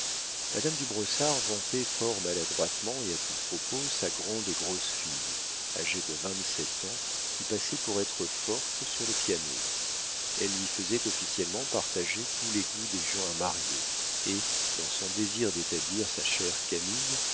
madame du brossard vantait fort maladroitement et à tout propos sa grande et grosse fille âgée de vingt-sept ans qui passait pour être forte sur le piano elle lui faisait officiellement partager tous les goûts des gens à marier et dans son désir d'établir sa chère camille